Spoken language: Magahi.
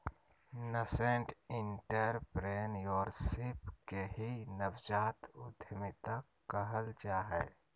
नसेंट एंटरप्रेन्योरशिप के ही नवजात उद्यमिता कहल जा हय